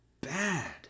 bad